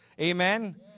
Amen